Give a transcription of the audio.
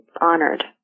honored